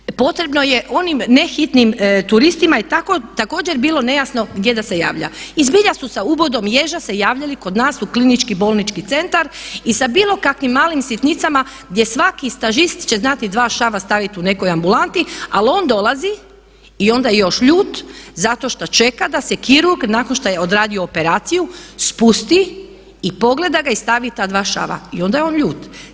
Zatim, potrebno je onim ne hitnim turistima je također bilo nejasno gdje da se javlja i zbilja su sa ubodom ježa se javljali kod nas u klinički bolnički centar i sa bilo kakvim malim sitnicama gdje svaki stažist će znati dva šava staviti u nekoj ambulanti ali on dolazi i onda još ljut zato što čeka da se kirurg nakon što je odradio operaciju spusti i pogleda ga i stavi ta dva šava i onda je on ljut.